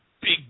Big